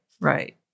Right